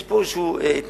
יש פה גם איזו התנהלות